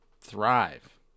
thrive